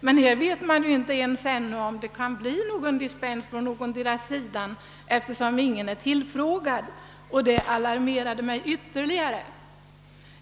Men ännu vet man ej alls om någon dispens kan erhållas vare sig från IAEA eller Euratom eftersom ingendera tillfrågats — och det alarmerade mig ytterligare.